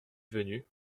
venu